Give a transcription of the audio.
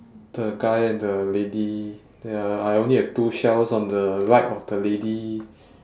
the guy and the lady ya I only have two shells on the right of the lady